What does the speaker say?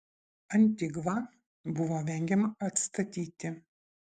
antigvą buvo vengiama atstatyti